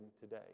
today